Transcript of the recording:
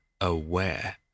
aware